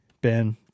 Ben